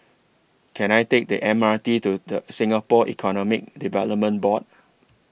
Can I Take The M R T to The Singapore Economic Development Board